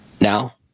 Now